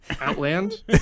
Outland